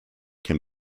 can